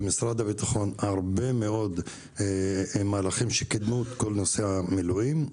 במשרד הבטחון הרבה מאוד מהלכים שקידמו את כל נושא המילואים,